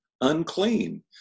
unclean